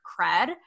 cred